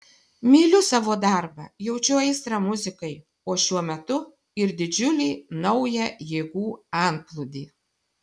myliu savo darbą jaučiu aistrą muzikai o šiuo metu ir didžiulį naują jėgų antplūdį